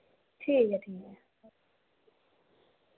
ठीक ऐ ठीक ऐ